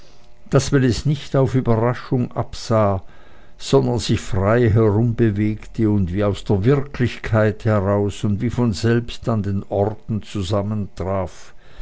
daß man es nicht auf überraschung absah sondern sich frei herumbewegte und wie aus der wirklichkeit heraus und wie von selbst an den orten